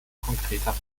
konkreter